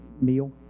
meal